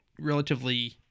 relatively